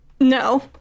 No